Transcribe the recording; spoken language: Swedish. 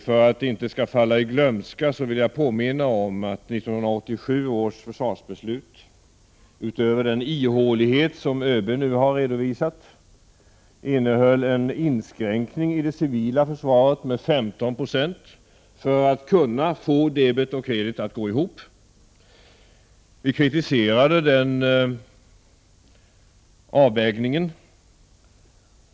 För att det inte skall falla i glömska vill jag påminna om att 1987 års försvarsbeslut — utöver den ihålighet som ÖB nu har redovisat — innehöll en indragning av medel till det civila försvaret med 15 96 för att man skulle kunna få debet och kredit att gå ihop. Vi kritiserade den avvägningen.